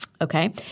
Okay